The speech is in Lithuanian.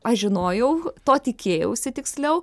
aš žinojau to tikėjausi tiksliau